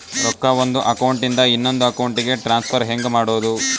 ರೊಕ್ಕ ಒಂದು ಅಕೌಂಟ್ ಇಂದ ಇನ್ನೊಂದು ಅಕೌಂಟಿಗೆ ಟ್ರಾನ್ಸ್ಫರ್ ಹೆಂಗ್ ಮಾಡೋದು?